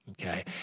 Okay